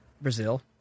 Brazil